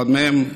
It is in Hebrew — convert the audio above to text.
אחד מהם היום,